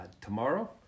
tomorrow